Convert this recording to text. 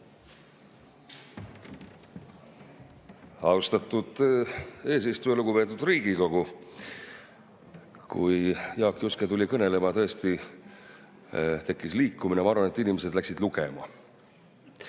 Austatud eesistuja! Lugupeetud Riigikogu! Kui Jaak Juske tuli kõnelema, siis tõesti tekkis liikumine. Ma arvan, et inimesed läksid lugema.